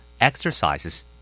Exercises